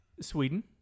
Sweden